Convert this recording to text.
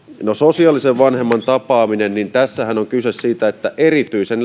no sosiaalisen vanhemman tapaaminen tässähän on kyse siitä että erityisen